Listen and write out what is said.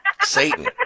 Satan